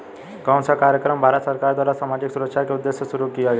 कौन सा कार्यक्रम भारत सरकार द्वारा सामाजिक सुरक्षा के उद्देश्य से शुरू किया गया है?